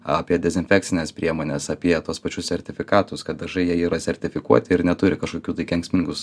apie dezinfekcines priemones apie tuos pačius sertifikatus kad dažai jie yra sertifikuoti ir neturi kažkokių tai kenksmingus